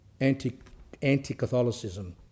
anti-Catholicism